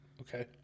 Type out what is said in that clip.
Okay